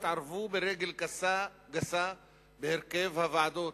התערבו ברגל גסה בהרכב הוועדות,